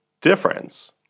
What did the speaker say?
difference